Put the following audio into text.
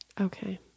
Okay